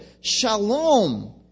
shalom